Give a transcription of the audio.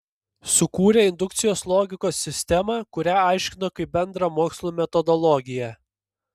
sukūrė indukcijos logikos sistemą kurią aiškino kaip bendrą mokslų metodologiją